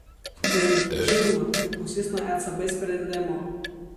tai žinoma priklausys nuo ecb sprendimo